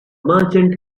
merchant